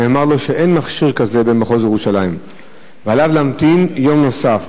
נאמר לו שאין מכשיר כזה במחוז ירושלים ושעליו להמתין יום נוסף.